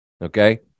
okay